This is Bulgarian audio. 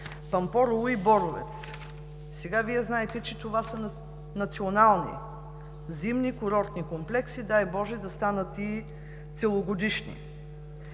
Пампорово и в Боровец. Вие знаете, че това са национални зимни курортни комплекси. Дай Боже да станат и целогодишни.